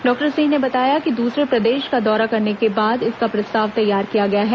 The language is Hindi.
डॉक्टर सिंह ने बताया कि दूसरे प्रदेश का दौरा करने के बाद इसका प्रस्ताव तैयार किया गया है